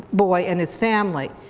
boy and his family.